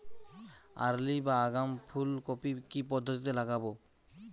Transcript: Early বা আগাম ফুল কপি কি পদ্ধতিতে লাগাবো?